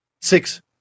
six